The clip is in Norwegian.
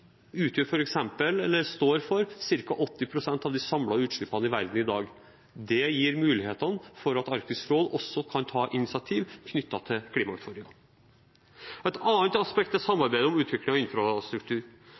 står f.eks. for ca. 80 pst. av de samlede utslippene i verden i dag. Det gir muligheter for at Arktisk råd også kan ta initiativ knyttet til klimautfordringene. Et annet aspekt er